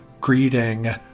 greeting